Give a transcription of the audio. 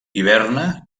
hiberna